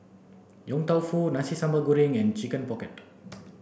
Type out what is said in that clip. Yong Tau Foo Nasi Sambal Goreng and chicken pocket